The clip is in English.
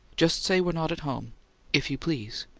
just say we're not at home if you please.